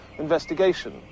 investigation